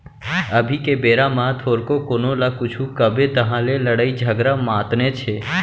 अभी के बेरा म थोरको कोनो ल कुछु कबे तहाँ ले लड़ई झगरा मातनेच हे